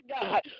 God